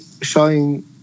showing